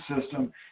system